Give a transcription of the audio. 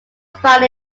found